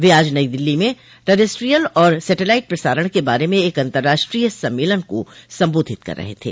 वे आज नई दिल्ली में टरेस्ट्रीयल और सटेलाइट प्रसारण के बारे में एक अंतर्राष्ट्रीय सम्मेलन को संबोधित कर रहे थे